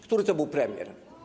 Który to był premier?